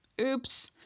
Oops